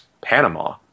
Panama